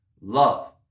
love